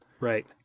Right